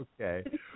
Okay